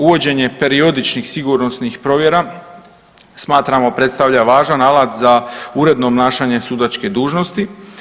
Uvođenje periodičnih sigurnosnih provjera smatramo predstavlja važan alat za uredno obnašanje sudačke dužnosti.